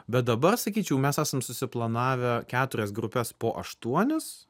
bet dabar sakyčiau mes esam susiplanavę keturias grupes po aštuonis